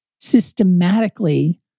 systematically